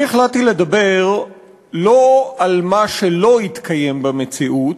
אני החלטתי לדבר לא על מה שלא התקיים במציאות,